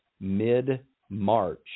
Mid-March